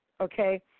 Okay